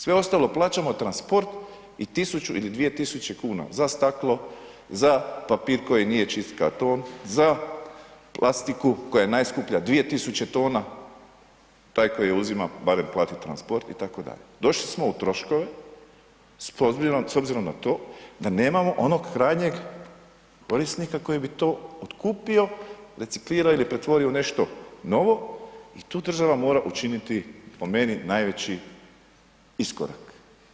Sve ostalo plaćamo transport i 1000 ili 2000 kn za staklo, za papir koji nije čisti karton, za plastiku koja je najskuplja 2000 tona, taj koji je uzima barem plati transport itd., došli smo u troškove s obzirom na to da nemamo onog krajnjeg korisnika koji bi to otkupio, reciklirao ili pretvorio u nešto novo i tu država mora učiniti po meni najveći iskorak.